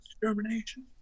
determination